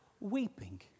weeping